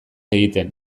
egiten